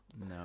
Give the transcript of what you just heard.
no